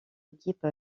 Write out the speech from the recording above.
équipe